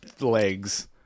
legs